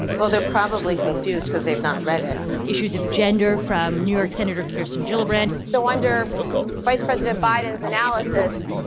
well, they're probably confused cause they've not read it. issues of gender from new york senator kirsten gillibrand. so under vice president biden's analysis,